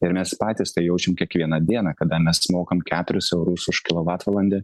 ir mes patys tai jaučiam kiekvieną dieną kada mes mokam keturis eurus už kilovatvalandę